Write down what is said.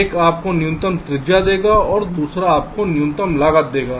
एक आपको न्यूनतम त्रिज्या देगा अन्य आपको न्यूनतम लागत देगा